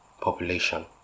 population